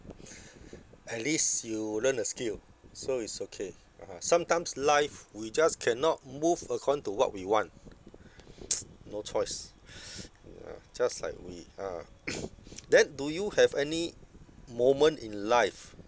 at least you learn a skill so it's okay ah sometimes life we just cannot move according to what we want no choice ah just like we ah then do you have any moment in life